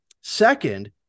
second